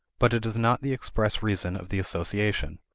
but it is not the express reason of the association.